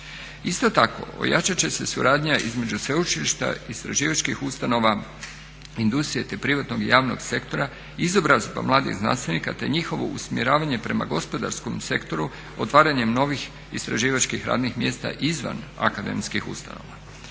Isto tako ojačat će se suradnja između sveučilišta, istraživačkih ustanova, industrije te privatnog i javnog sektora, izobrazba mladih znanstvenika te njihovo usmjeravanje prema gospodarskom sektoru otvaranjem novih istraživačkih radnih mjesta izvan akademskih ustanova.